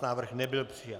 Návrh nebyl přijat.